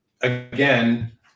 again